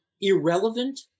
irrelevant